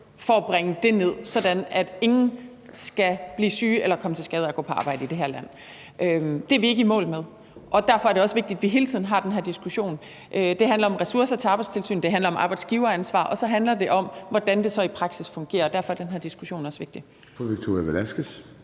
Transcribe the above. for at bringe det ned, sådan at ingen skal blive syg eller komme til skade af at gå på arbejde i det her land. Det er vi ikke i mål med, og derfor er det også vigtigt, at vi hele tiden har den her diskussion. Det handler om ressourcer til Arbejdstilsynet, det handler om arbejdsgiveransvar, og så handler det om, hvordan det så i praksis fungerer, og derfor den her diskussion også vigtig.